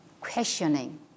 questioning